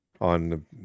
on